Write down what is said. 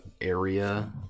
area